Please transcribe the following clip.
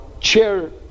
chair